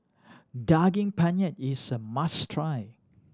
Daging Penyet is a must try